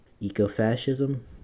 eco-fascism